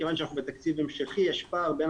כיוון שאנחנו בתקציב המשכי יש פער בין